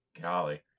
Golly